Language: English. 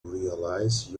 realize